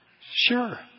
Sure